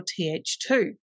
th2